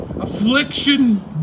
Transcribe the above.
Affliction